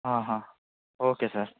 okay sir